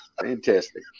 Fantastic